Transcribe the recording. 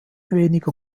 weniger